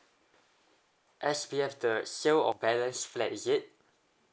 S_B_F the sale of balance flat is it